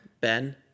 Ben